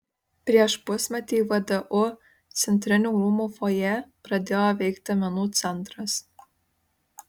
prieš pusmetį vdu centrinių rūmų fojė pradėjo veikti menų centras